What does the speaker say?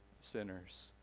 sinners